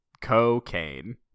Cocaine